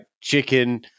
chicken